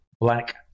black